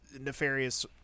nefarious